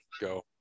go